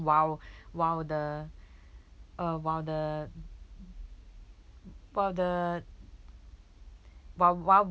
while while the uh while the while the while while